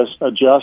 adjust